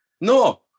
No